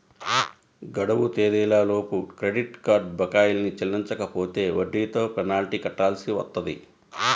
గడువు తేదీలలోపు credit card బకాయిల్ని చెల్లించకపోతే వడ్డీతో పెనాల్టీ కట్టాల్సి వత్తది